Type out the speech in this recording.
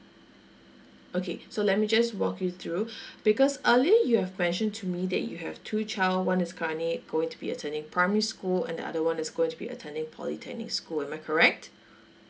okay so let me just walk you through because earlier you have mentioned to me that you have two child one is currently going to be attending primary school and the other one is going to be attending polytechnic school am I correct